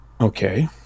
Okay